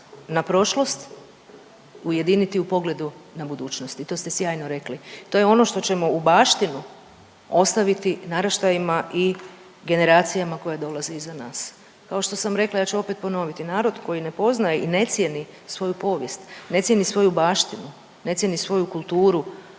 na prošlost, ujediniti u pogledu na budućnost i to ste sjajno rekli. To je ono što ćemo u baštinu ostaviti naraštajima i generacijama koje dolaze iza nas. Kao što sam rekla, ja ću opet ponoviti. Narod koji ne poznaje i ne cijeni svoju povijest, ne cijeni svoju baštinu, ne cijeni svoju kulturu,